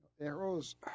Arrows